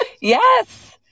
Yes